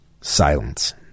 Silence